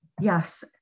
Yes